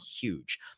huge